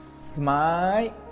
smile